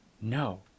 no